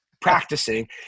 practicing